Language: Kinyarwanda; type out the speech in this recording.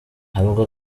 avuga